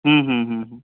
হুম হুম হুম হুম